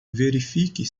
verifique